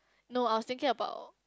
no I was thinking about